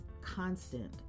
constant